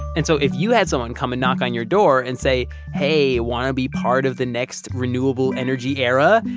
and so if you had someone come and knock on your door and say, hey, want to be part of the next renewable energy era,